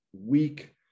weak